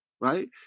right